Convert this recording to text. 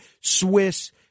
Swiss